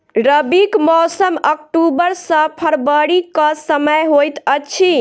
रबीक मौसम अक्टूबर सँ फरबरी क समय होइत अछि